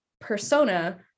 persona